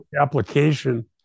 Application